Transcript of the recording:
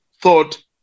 thought